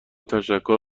تشکر